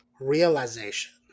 realization